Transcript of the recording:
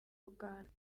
uganda